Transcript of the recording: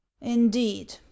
indeed